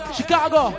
Chicago